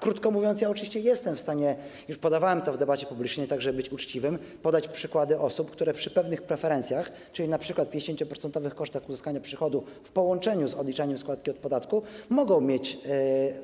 Krótko mówiąc, oczywiście jestem w stanie - już podawałem to w debacie publicznej, żeby być uczciwym - podać przykłady osób, które przy pewnych preferencjach, czyli np. 50-procentowych kosztach uzyskania przychodu w połączeniu z odliczaniem składki od podatku, mogą mieć